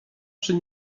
przy